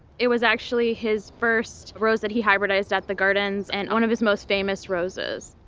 it was actually his first rose that he hybridized at the gardens and one of his most famous roses.